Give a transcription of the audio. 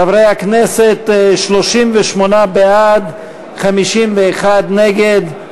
חברי הכנסת, 38 בעד, 51 נגד,